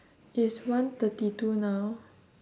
it's one thirty two now